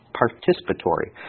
participatory